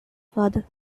father